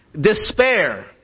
despair